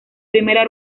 primera